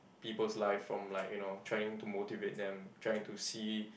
people's life from like you know trying to motivate them trying to see